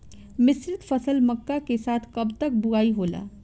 मिश्रित फसल मक्का के साथ कब तक बुआई होला?